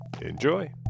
Enjoy